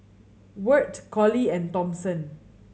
Wirt Collie and Thompson